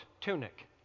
tunic